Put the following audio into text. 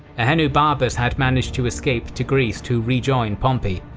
ahenobarbus had managed to escape to greece to re-join pompey,